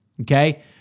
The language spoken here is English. Okay